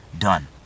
done